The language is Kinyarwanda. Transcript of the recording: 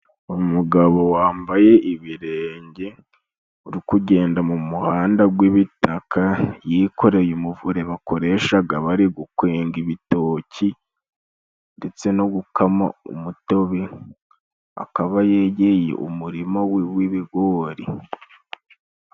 Umugabo wambaye ibirenge, uri kugenda mu muhanda gw'ibitaka, yikoreye umuvure bakoreshaga bari gukwenga ibitoki ndetse no gukama umutobe, akaba yegeye umurima we w'ibigori.